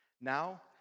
now